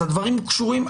אז הדברים קשורים.